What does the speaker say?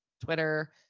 Twitter